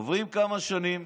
עוברות כמה שנים,